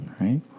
right